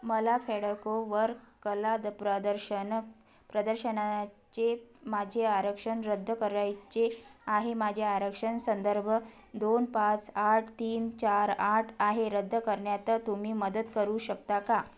मला फेडकोवर कला द प्रदर्शन प्रदर्शनाचे माझे आरक्षण रद्द करायचे आहे माझे आरक्षण संदर्भ दोन पाच आठ तीन चार आठ आहे रद्द करण्यात तुम्ही मदत करू शकता का